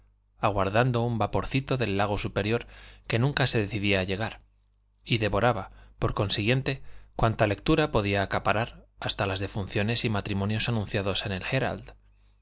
aguardando un vaporcito del lago superior que nunca se decidía a llegar y devoraba por consiguiente cuanta lectura podía acaparar hasta las defunciones y matrimonios anunciados en el herald